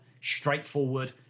straightforward